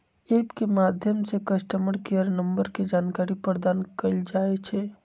app के माध्यम से कस्टमर केयर नंबर के जानकारी प्रदान कएल जाइ छइ